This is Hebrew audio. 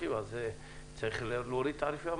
אז צריך להוריד את התעריף.